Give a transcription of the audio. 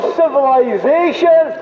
civilization